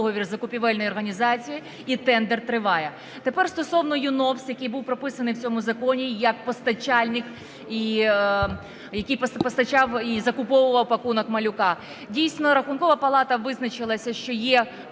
Дійсно, Рахункова палата визначилася, що є